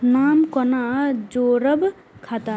नाम कोना जोरब खाता मे